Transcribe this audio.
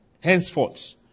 Henceforth